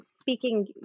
speaking